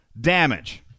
damage